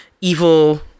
evil